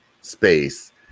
space